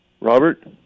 Robert